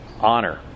honor